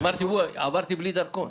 עברתי בלי דרכון.